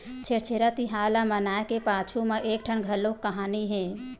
छेरछेरा तिहार ल मनाए के पाछू म एकठन घलोक कहानी हे